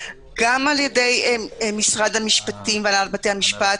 גם על ידי משרד המשפטים והנהלת בתי המשפט